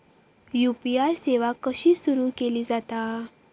UPI सेवा कशी सुरू केली जाता?